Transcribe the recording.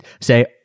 say